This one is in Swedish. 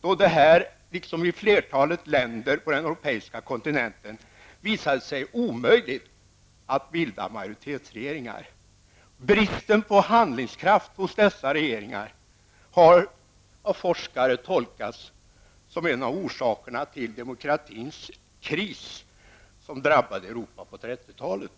då det här liksom i flertalet länder på den europeiska kontinenten visade sig omöjligt att bilda majoritetsregeringar. Bristen på handlingskraft hos dessa regeringar har av forskare tolkats som en av orsakerna till den demokratins kris som drabbade Europa på 30-talet.